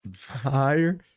higher